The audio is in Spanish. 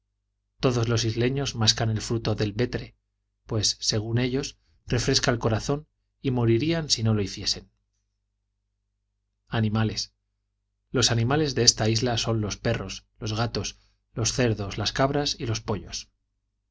todos los isleños mascan el fruto del betre pues según ellos refresca el corazón y morirían si no lo hiciesen animales los animales de esta isla son los perros los gatos los cerdos las cabras y los pollos